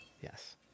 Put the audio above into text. Yes